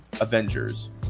Avengers